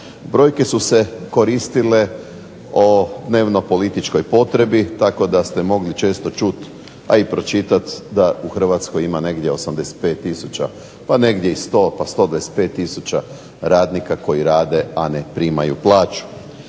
Brojke su se koristile o dnevno političkoj potrebi tako da ste mogli često čuti, a i pročitat da u Hrvatskoj ima negdje 85 tisuća, pa negdje i 100 pa 125 tisuća radnika koji rade, a ne primaju plaću.